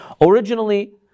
originally